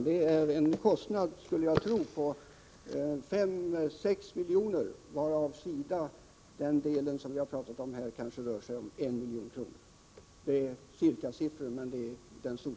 Det handlar om en kostnad på 5-6 milj.kr. varav SIDA:s del kanske utgör 1 milj.kr.